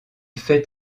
fait